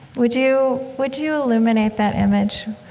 would you would you illuminate that image?